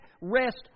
rest